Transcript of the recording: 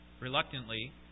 reluctantly